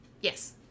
Yes